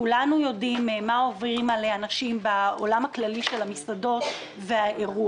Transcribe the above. כולנו יודעים מה עובר על אנשים בעולם הכללי של המסעדות והאירוח.